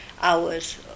hours